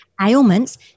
ailments